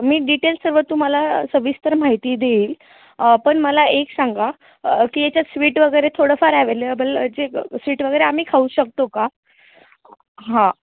मी details सर्व तुम्हाला सविस्तर माहिती देईल पण मला एक सांगा की याच्यात स्वीट वगैरे थोडंफार ॲवेलेबल जे स्वीट वगैरे आम्ही खाऊ शकतो का हां